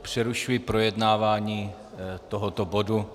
Přerušuji projednávání tohoto bodu.